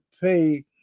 pay